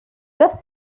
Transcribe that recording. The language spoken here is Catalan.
que